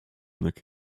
neck